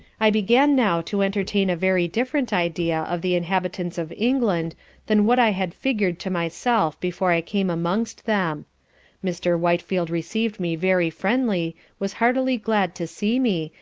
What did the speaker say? i began now to entertain a very different idea of the inhabitants of england than what i had figur'd to myself before i came amongst them mr. whitefield receiv'd me very friendly, was heartily glad to see me,